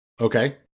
Okay